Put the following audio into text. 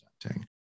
presenting